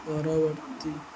ପରବର୍ତ୍ତୀ